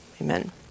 Amen